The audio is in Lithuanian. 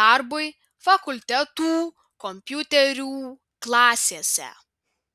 darbui fakultetų kompiuterių klasėse